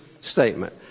statement